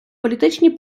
політичні